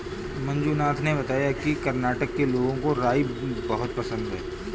मंजुनाथ ने बताया कि कर्नाटक के लोगों को राई बहुत पसंद है